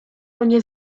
mnie